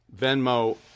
Venmo